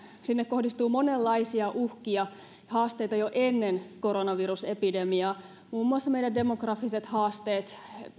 kohdistui monenlaisia uhkia ja haasteita jo ennen koronavirusepidemiaa muun muassa meidän demografiset haasteet